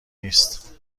نیست